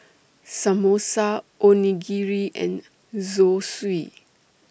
Samosa Onigiri and Zosui